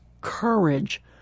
courage